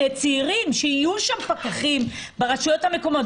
שיהיו שם פקחים של הרשויות המקומיות.